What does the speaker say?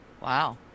Wow